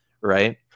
right